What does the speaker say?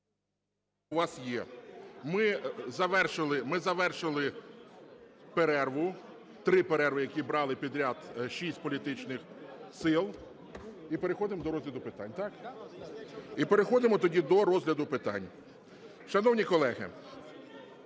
у вас є. Ми завершили перерву. Три перерви, які брали підряд шість політичних сил. І переходимо тоді до розгляду питань. Шановні колеги,